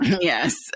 Yes